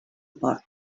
port